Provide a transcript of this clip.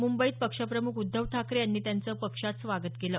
मुंबईत पक्षप्रमुख उद्धव ठाकरे यांनी त्यांचं पक्षात स्वागत केलं